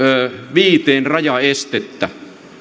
viiteen rajaestettä